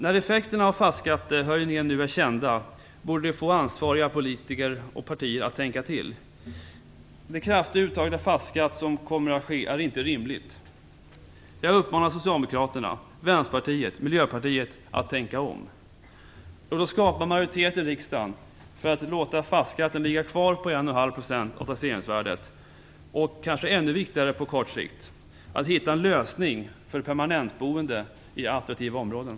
När effekterna av fastighetsskattehöjningen nu är kända borde det få ansvariga politiker och partier att tänka till. Det kraftiga uttaget av fastighetsskatt som kommer att ske är inte rimligt. Jag uppmanar socialdemokraterna, vänsterpartiet och miljöpartiet att tänka om. Låt oss skapa majoritet i riksdagen för att låta fastighetsskatten ligga kvar på 1,5 % av taxeringsvärdet och, vad som kanske är ännu viktigare på kort sikt, att hitta en lösning för permanentboende i attraktiva områden.